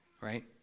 Right